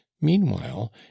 meanwhile